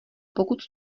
pokud